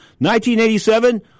1987